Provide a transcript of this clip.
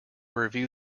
review